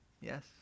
Yes